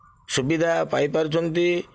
ସୁବିଧା ପାଇପାରୁଛନ୍ତି